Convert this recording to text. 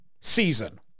season